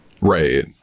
right